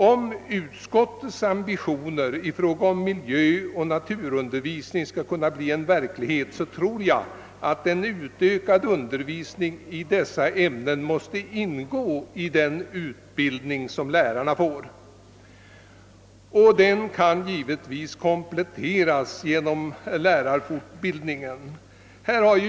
Om utskottets ambitio Ner i fråga om miljöoch naturunder Visning skall kunna förverkligas, tror Jag att en utökad undervisning i dessa Amnen måste ingå i den utbildning Som lärarna får. Den kan givetvis kom Dletteras genom lärarfortbildning.